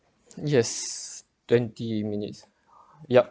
yes twenty minutes yup